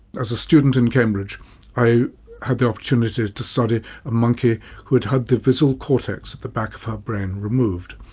as a student in cambridge i had the opportunity to study a monkey who had had the visual cortex at the back of her brain removed.